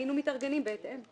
היינו מתארגנים בהתאם.